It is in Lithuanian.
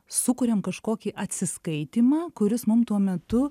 sukuriam kažkokį atsiskaitymą kuris mum tuo metu